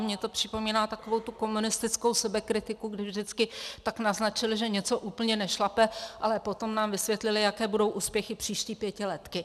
Mně to připomíná takovou tu komunistickou sebekritiku, kdy vždycky tak naznačili, že něco úplně nešlape, ale potom nám vysvětlili, jaké budou úspěchy příští pětiletky.